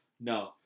No